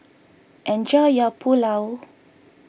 enjoy your Pulao